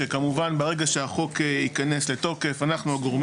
שכמובן שברגע שהחוק ייכנס לתוקף אנחנו הגורמים